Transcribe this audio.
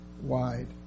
wide